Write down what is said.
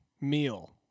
meal